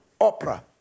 opera